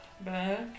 back